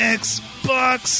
xbox